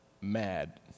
mad